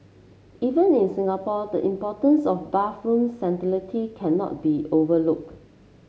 even in Singapore the importance of bathroom cannot be overlook